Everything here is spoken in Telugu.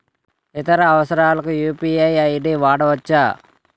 ఇతర అవసరాలకు యు.పి.ఐ ఐ.డి వాడవచ్చా?